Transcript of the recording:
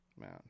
man